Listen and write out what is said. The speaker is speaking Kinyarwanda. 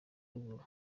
ruguru